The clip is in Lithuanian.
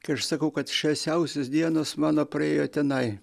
kai aš sakau kad šviesiausios dienos mano praėjo tenai